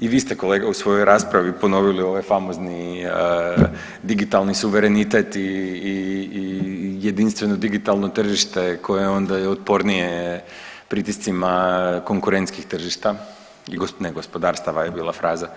i vi ste kolega u svojoj raspravi ponovili ovaj famozni digitalni suverenitet i jedinstveno digitalno tržište koje onda je otpornije pritiscima konkurentskih tržišta, ne gospodarstva je bila fraza.